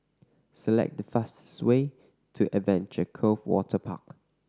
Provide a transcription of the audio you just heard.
select the fastest way to Adventure Cove Waterpark